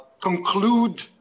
conclude